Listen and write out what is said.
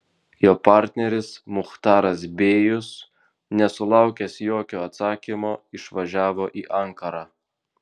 jo partneris muchtaras bėjus nesulaukęs jokio atsakymo išvažiavo į ankarą